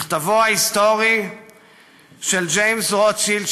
מכתבו ההיסטורי של ג'יימס רוטשילד,